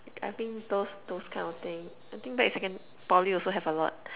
I think those those kind of thing I think back in second~ Poly also have a lot